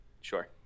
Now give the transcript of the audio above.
Sure